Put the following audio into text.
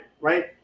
right